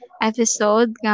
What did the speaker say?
episode